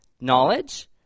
knowledge